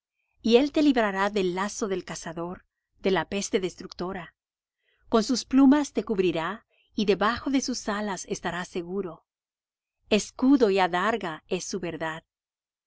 y él te librará del lazo del cazador de la peste destruidora con sus plumas te cubrirá y debajo de sus alas estarás seguro escudo y adarga es su verdad